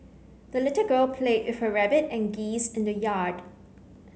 the little girl played with her rabbit and geese in the yard